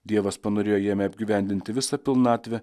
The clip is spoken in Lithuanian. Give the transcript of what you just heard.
dievas panorėjo jame apgyvendinti visą pilnatvę